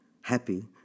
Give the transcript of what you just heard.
happy